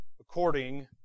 according